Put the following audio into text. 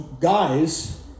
guys